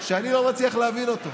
שאני לא מצליח להבין אותו.